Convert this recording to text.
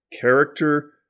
character